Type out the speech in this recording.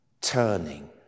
turning